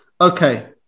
Okay